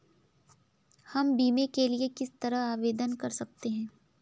हम बीमे के लिए किस तरह आवेदन कर सकते हैं?